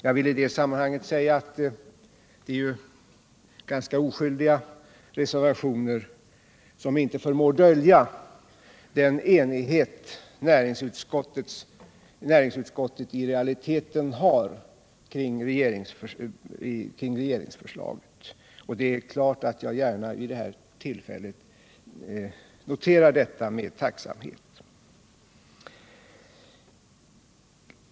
Jag vill i det sammanhanget säga att det är ganska oskyldiga reservationer, som inte förmår dölja den enighet näringsutskottet i realiteten har kring regeringsförslaget. Det är klart att jag vid det här tillfället gärna noterar det med tacksamhet.